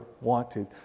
wanted